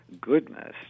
Goodness